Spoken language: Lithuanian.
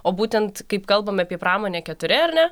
o būtent kaip kalbame apie pramonę keturi ar ne